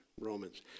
Romans